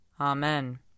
Amen